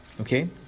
okay